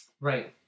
Right